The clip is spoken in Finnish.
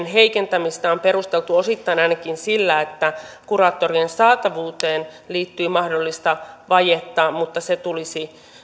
heikentämistä on perusteltu ainakin osittain sillä että kuraattorien saatavuuteen liittyy mahdollista vajetta mutta se tulisi